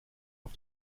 auf